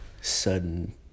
sudden